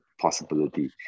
possibility